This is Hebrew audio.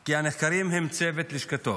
כי הנחקרים הם צוות לשכתו,